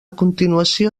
continuació